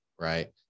right